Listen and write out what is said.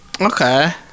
Okay